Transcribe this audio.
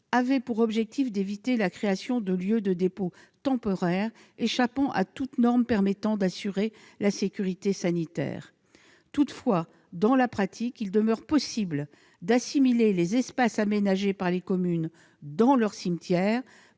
avaient pour objectif d'éviter la création de lieux de dépôt temporaires échappant à toute norme permettant d'assurer la sécurité sanitaire. Toutefois, dans la pratique, il demeure possible d'assimiler les espaces aménagés par les communes dans leurs cimetières